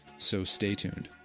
so stay tuned.